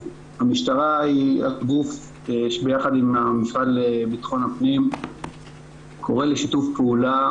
אז המשטרה היא הגוף שביחד עם המוסד לביטחון הפנים קורא לשיתוף פעולה